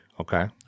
Okay